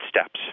steps